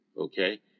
Okay